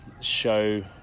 show